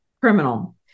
criminal